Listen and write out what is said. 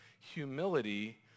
humility